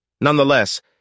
Nonetheless